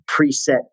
preset